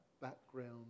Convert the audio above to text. background